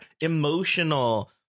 Emotional